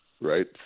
right